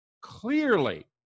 clearly